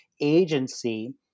agency